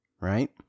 right